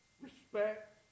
respect